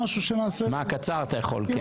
קצר אתה יכול.